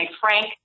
frank